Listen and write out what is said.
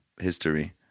history